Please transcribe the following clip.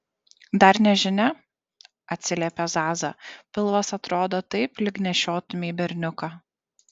dar nežinia atsiliepė zaza pilvas atrodo taip lyg nešiotumei berniuką